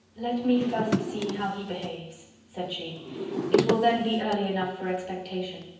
let me first see how he behaves, said she it will then be early enough for expectation.